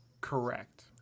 correct